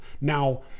Now